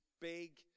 big